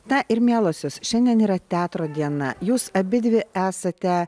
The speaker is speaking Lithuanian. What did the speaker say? na ir mielosios šiandien yra teatro diena jūs abidvi esate